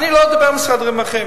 אני לא מדבר על משרדים אחרים,